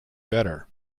better